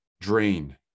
Drain